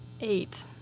eight